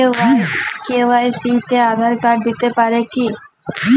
KYC তে Aadhaar card দিতে পারি কি?